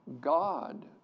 God